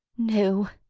no!